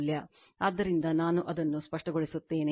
ಆದ್ದರಿಂದ ನಾನು ಅದನ್ನು ಸ್ಪಷ್ಟಗೊಳಿಸುತ್ತೇನೆ